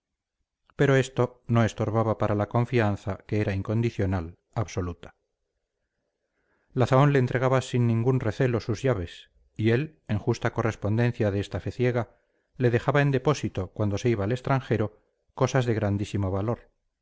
pero esto no estorbaba para la confianza que era incondicional absoluta la zahón le entregaba sin ningún recelo sus llaves y él en justa correspondencia de esta fe ciega le dejaba en depósito cuando se iba al extranjero cosas de grandísimo valor